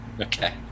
Okay